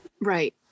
Right